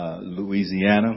Louisiana